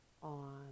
On